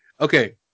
Okay